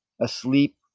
Asleep